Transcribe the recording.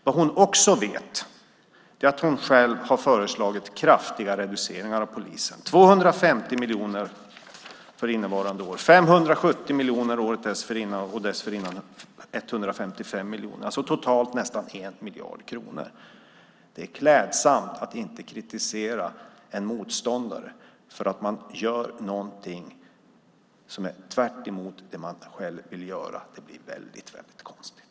Vad hon också vet är att hon själv har föreslagit kraftiga reduceringar av polisen: 250 miljoner för innevarande år, 570 miljoner för föregående år och 155 miljoner för året dessförinnan, alltså totalt nästan 1 miljard kronor. Det är klädsamt att inte kritisera en motståndare för att denne gör någonting som är tvärtemot det man själv vill göra. Det blir väldigt konstigt.